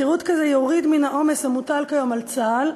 שירות כזה יוריד מן העומס המוטל כיום על צה"ל,